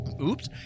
Oops